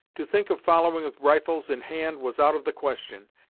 to think of following with rifles in hand was out of the question,